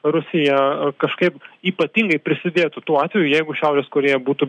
rusija kažkaip ypatingai prisidėtų tuo atveju jeigu šiaurės korėja būtų